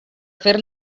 fer